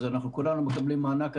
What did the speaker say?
כולנו מקבלים מענק.